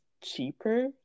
cheaper